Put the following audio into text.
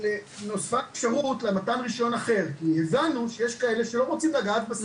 נוספה כשרות למתן רישיון "אחר" כי הבנו שיש כאלה שלא רוצים לגעת בסם.